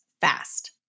fast